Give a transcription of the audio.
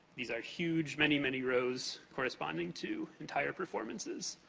these are huge, many, many rows, corresponding to entire performances.